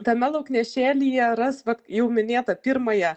tame lauknešėlyje ras vat jau minėtą pirmąją